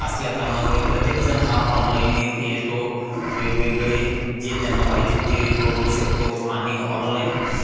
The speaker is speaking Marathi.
असल्या कारणामुळे प्रत्येकजन हा ऑनलाईन ये येतो वेगवेगळे जे त्यांना पाहिजेत ते बघू शकतो आणि ऑनलाईन